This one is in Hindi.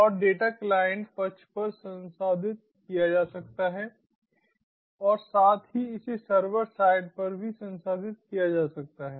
और डेटा क्लाइंट पक्ष पर संसाधित किया जा सकता है और साथ ही इसे सर्वर साइड पर भी संसाधित किया जा सकता है